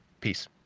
Peace